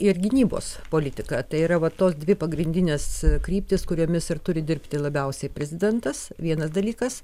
ir gynybos politika tai yra va tos dvi pagrindinės kryptys kuriomis ir turi dirbti labiausiai prezidentas vienas dalykas